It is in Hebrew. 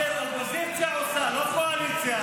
פיליבסטר אופוזיציה עושה, לא קואליציה.